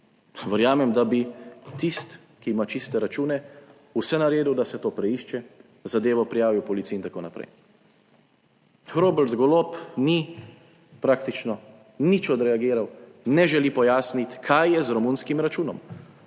Verjamem, da bi tisti, ki ima čiste račune, vse naredil, da se to preišče, zadevo prijavil policiji in tako naprej. Robert Golob ni praktično nič odreagiral, ne želi pojasniti, kaj je z romunskim računom.